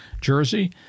jersey